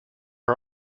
are